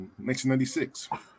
1996